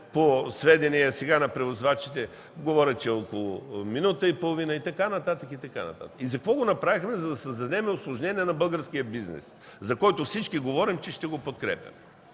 по сведение на превозвачите е около минута и половина. И за какво го направихме? За да създадем усложнение на българския бизнес, за който всички говорим, че ще го подкрепяме.